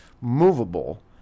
movable